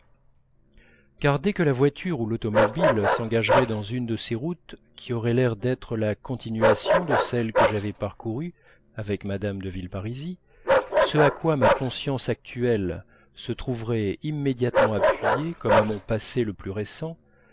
car dès que la voiture ou l'automobile s'engagerait dans une de ces routes qui auraient l'air d'être la continuation de celle que j'avais parcourue avec mme de villeparisis ce à quoi ma conscience actuelle se trouverait immédiatement appuyée comme à mon passé le plus récent